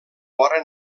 vora